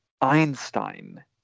einstein